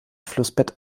flussbett